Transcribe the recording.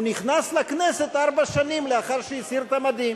הוא נכנס לכנסת ארבע שנים לאחר שהסיר את המדים.